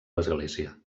l’església